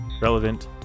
Relevant